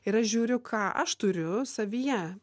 ir aš žiūriu ką aš turiu savyje